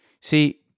See